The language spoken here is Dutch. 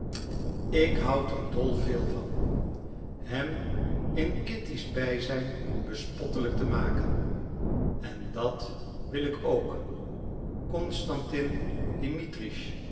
ik houd er dol veel van hem in kitty's bijzijn bespottelijk te maken en dat wil ik ook constantin